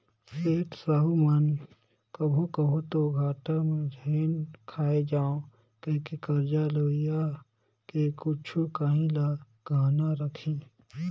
सेठ, साहूकार मन कभों कभों दो घाटा झेइन खाए जांव कहिके करजा लेवइया के कुछु काहीं ल गहना रखहीं